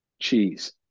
Cheese